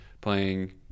playing